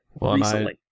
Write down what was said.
recently